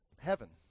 heaven